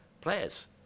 players